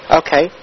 okay